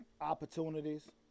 opportunities